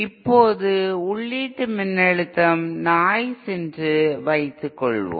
இப்போது உள்ளீட்டு மின்னழுத்தம் நாய்ஸ் என்று வைத்துக் கொள்வோம்